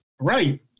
Right